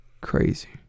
Crazy